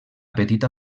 petita